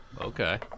okay